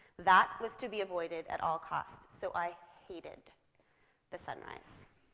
that was to be avoided at all costs, so i hated the sunrise.